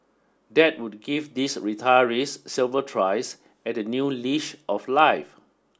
that would give these retirees several tries at a new leash of life